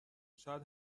شاید